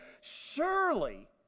surely